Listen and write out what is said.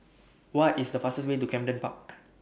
What IS The fastest Way to Camden Park